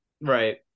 Right